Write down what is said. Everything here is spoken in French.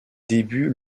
débuts